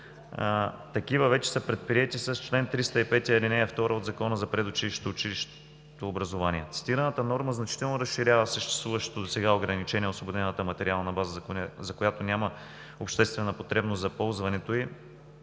такива вече са предприети с чл. 305, ал. 2 от Закона за предучилищното и училищното образование. Цитираната норма значително разширява съществуващото досега ограничение – освободената материална база, за която няма обществена потребност за ползването й,